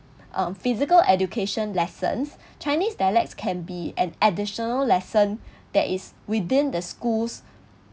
uh physical education lessons chinese dialects can be an additional lesson that is within the schools